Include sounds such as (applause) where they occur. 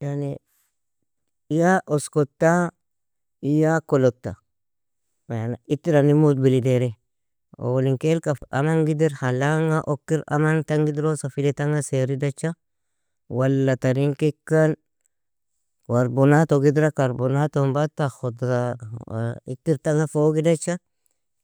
Yani ya oskota, ya kolota, (hesitation) itirr ani mujbil edeari, owlin kailka amang idirr, halanga okir aman tanga idrosa, filtanga sair idacha, walla tarin kikan karbonatog idra, karbonatom bata khudara itirtanga fog idacha,